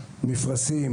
מפרשים,